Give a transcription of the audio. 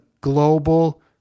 global